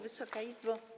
Wysoka Izbo!